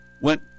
went